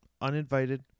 uninvited